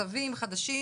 צווים חדשים